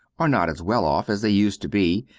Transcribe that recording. are not as well off as they used to be,